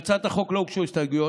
להצעת החוק לא הוגשו הסתייגויות,